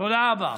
תודה רבה.